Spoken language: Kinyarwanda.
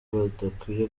badakwiye